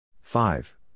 five